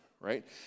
right